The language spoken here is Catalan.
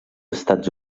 estats